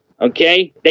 Okay